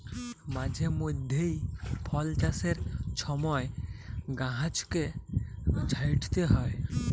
মাঝে মইধ্যে ফল চাষের ছময় গাহাচকে ছাঁইটতে হ্যয়